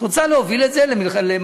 את רוצה להוביל את זה למאבקים?